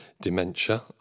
dementia